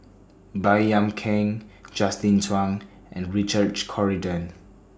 Baey Yam Keng Justin Zhuang and Richard Corridon